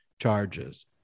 charges